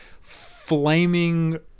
flaming